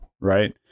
right